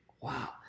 Wow